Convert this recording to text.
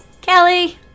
Kelly